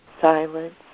silence